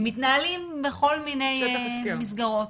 מתנהלים בכל מיני מסגרות